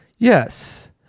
Yes